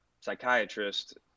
psychiatrist